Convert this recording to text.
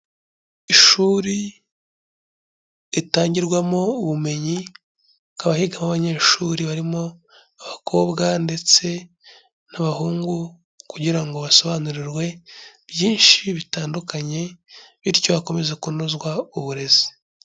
Ishuri ritangirwamo ubumenyi, hakaba higamo abanyeshuri barimo abakobwa ndetse n'abahungu kugira ngo basobanurirwe byinshi bitandukanye bityo hakomeze kunozwa uburezi.